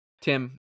Tim